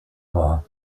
war